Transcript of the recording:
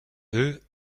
eux